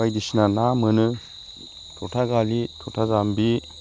बायदिसिना ना मोनो थथा गालि थथा जामबि